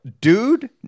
dude